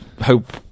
hope